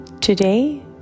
Today